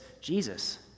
Jesus